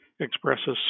expresses